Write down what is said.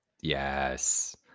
Yes